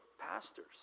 pastors